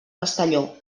castelló